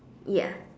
ya